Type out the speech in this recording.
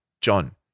John